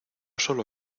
solo